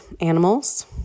animals